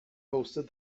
hosted